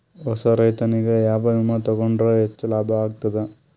ಹೊಸಾ ರೈತನಿಗೆ ಯಾವ ವಿಮಾ ತೊಗೊಂಡರ ಹೆಚ್ಚು ಲಾಭ ಆಗತದ?